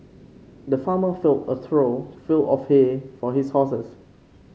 the farmer filled a trough full of hay for his horses